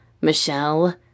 Michelle